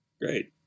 great